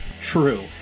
True